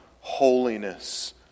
holiness